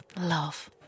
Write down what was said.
Love